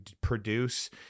produce